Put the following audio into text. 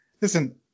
listen –